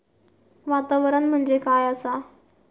वातावरण म्हणजे काय आसा?